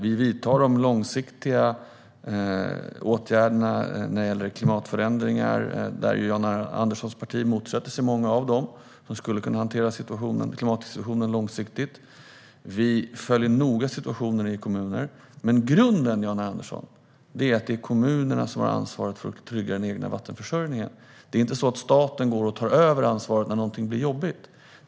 Vi vidtar långsiktiga åtgärder när det gäller klimatförändringar, och Jan R Anderssons parti motsätter sig många av dem som skulle kunna hantera klimatsituationen långsiktigt. Vi följer noga situationen i kommuner, men grunden, Jan R Andersson, är att det är kommunerna som har ansvaret för att trygga den egna vattenförsörjningen. Det är inte så att staten tar över ansvaret när någonting blir jobbigt.